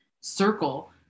circle